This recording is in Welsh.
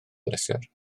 bleser